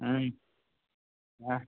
हाँ